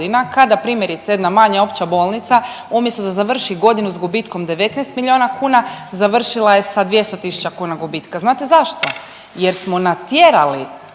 kada primjerice jedna manja opća bolnica umjesto da završi godinu s gubitkom 19 milijuna kuna završila je sa 200 tisuća kuna gubitka, znate zašto? Jer smo natjerali